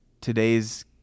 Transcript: today's